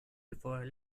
before